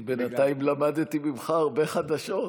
אני בינתיים למדתי ממך הרבה חדשות,